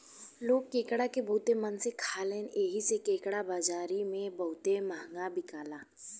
लोग केकड़ा के बहुते मन से खाले एही से केकड़ा बाजारी में बहुते महंगा बिकाला